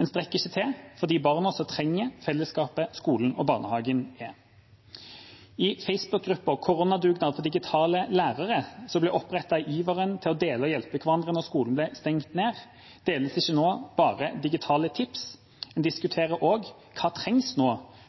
En strekker ikke til for de barna som trenger fellesskapet skolen og barnehagen er. I Facebook-gruppa «Korona-dugnad for digitale lærere» – som ble opprettet i iveren etter å dele og hjelpe hverandre da skolen stengte ned – deles det nå ikke bare digitale tips, en diskuterer også hva som trengs